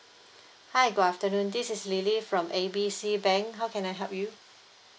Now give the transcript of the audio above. hi good afternoon this is lily from A B C bank how can I help you